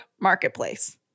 marketplace